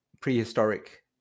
prehistoric